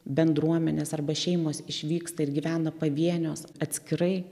bendruomenės arba šeimos išvyksta ir gyvena pavienios atskirai